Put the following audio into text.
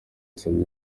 yasabye